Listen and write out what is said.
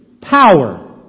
power